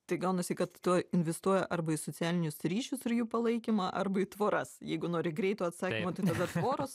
tai gaunasi kad tu investuoji arba į socialinius ryšius ir jų palaikymą arba į tvoras jeigu nori greito atsakymo tai tada tvoros